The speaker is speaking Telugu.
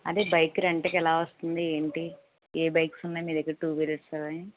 అంటే బైక్ రెంట్కి ఎలా వస్తుంది ఏంటి ఏ బైక్స్ ఉన్నాయి మీ దగ్గర టూ వీలర్స్ అవి